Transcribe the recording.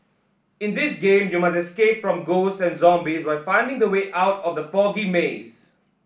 in this game you must escape from ghosts and zombies while finding the way out of the foggy maze